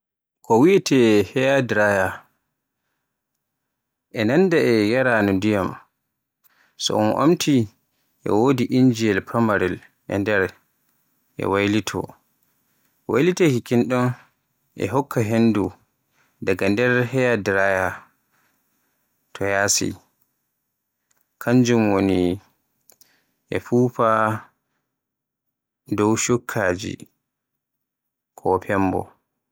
Ko wiyeete hairdryer e nanda ba nyaraano ndiyam. So un omti e wodi injiyel famarel e nder e waylito. Waylitaaki kin ɗon e hokka hendu daga nder hairdryer to yaasi. Kanjum woni e fufa dow cukkaje ko fembo.